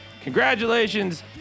Congratulations